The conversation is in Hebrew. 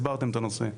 הסברתם את הנושא.